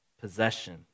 possession